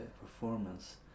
performance